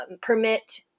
permit